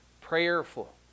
prayerful